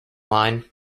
line